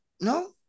no